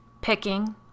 Picking